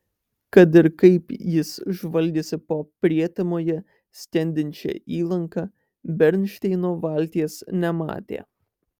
kad ir kaip jis žvalgėsi po prietemoje skendinčią įlanką bernšteino valties nematė